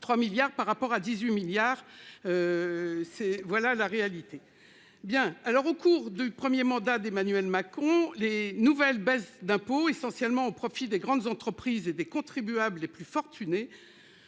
3 milliards par rapport à 18 milliards. C'est, voilà la réalité. Bien alors au cours du 1er mandat d'Emmanuel Mâcon les nouvelles baisses d'impôts essentiellement au profit des grandes entreprises et des contribuables les plus fortunés.